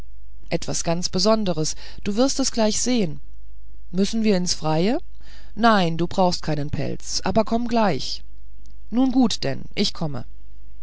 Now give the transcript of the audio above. etwas ganz besonderes du wirst es gleich sehen müssen wir ins freie nein du brauchst keinen pelz aber komm gleich nun gut denn ich komme